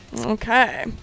Okay